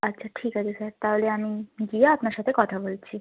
আচ্ছা ঠিক আছে স্যার তাহলে আমি গিয়ে আপনার সাথে কথা বলছি